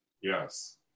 yes